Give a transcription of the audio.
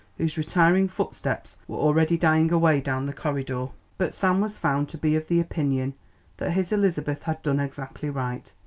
whose retiring footsteps were already dying away down the corridor. but sam was found to be of the opinion that his elizabeth had done exactly right.